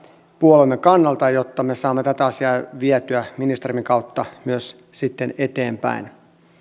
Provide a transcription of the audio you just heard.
puolueemme kannalta jotta me saamme tätä asiaa vietyä ministerimme kautta myös sitten eteenpäin